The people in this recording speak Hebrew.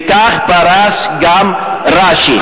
וכך פירש גם רש"י,